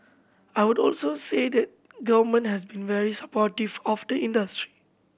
I would also say the Government has been very supportive of the industry